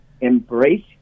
embrace